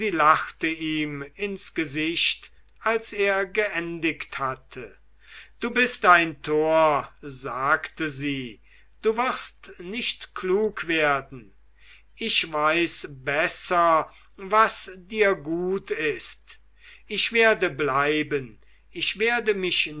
lachte ihm ins gesicht als er geendigt hatte du bist ein tor sagte sie du wirst nicht klug werden ich weiß besser was dir gut ist ich werde bleiben ich werde mich